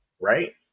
Right